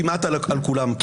כמעט על כולם פה.